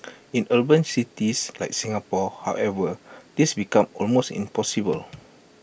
in urban cities like Singapore however this becomes almost impossible